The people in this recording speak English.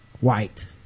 White